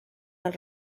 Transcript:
els